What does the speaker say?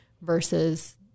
versus